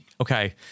Okay